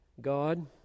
God